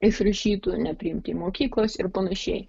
išrašytų nepriimti į mokyklas ir panašiai